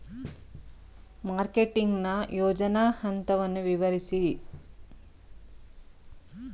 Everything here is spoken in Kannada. ಮಾರ್ಕೆಟಿಂಗ್ ನ ಯೋಜನಾ ಹಂತವನ್ನು ವಿವರಿಸಿ?